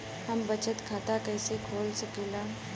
हम बचत खाता कईसे खोल सकिला?